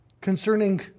concerning